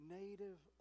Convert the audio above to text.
native